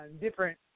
different